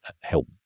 help